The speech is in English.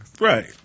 Right